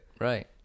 Right